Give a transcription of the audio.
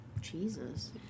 Jesus